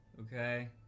Okay